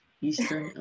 Eastern